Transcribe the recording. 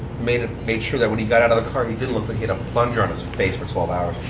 made made sure that when he got out of the car he didn't look like he had a plunger on his face for twelve hours.